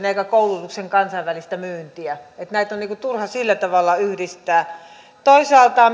eikä koulutuksen kansainvälistä myyntiä että näitä on turha sillä tavalla yhdistää toisaalta